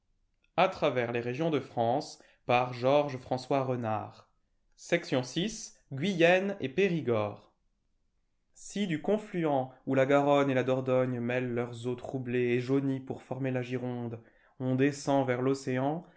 la france guyenne et périgord si du confluent où la garonne et la dordogne mêlent leurs eaux troublées et jaunies pour former la gironde on descend vers l'océan